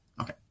Okay